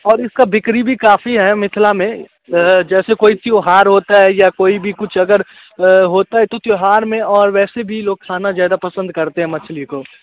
और इसका बिक्री भी काफ़ी है मिथिला में जैसे कोई त्यौहार होता है या कोई भी कुछ अगर होता है तो त्यौहार में और वैसे भी लोग खाना ज़्यादा पसंद करते हैं मछली को